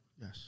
Yes